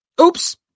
Oops